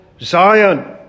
Zion